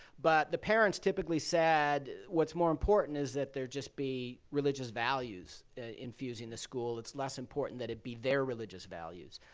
but the parents typically said what's more important is that there'd just be religious values infused in the school. it's less important that it'd be their religious values.